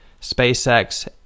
SpaceX